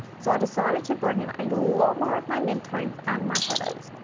so i decided to bring in a lot more of my midterms and my shadows.